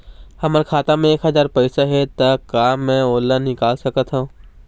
हमर खाता मा एक हजार पैसा हे ता का मैं ओला निकाल सकथव?